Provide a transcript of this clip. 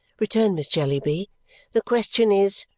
returned miss jellyby the question is,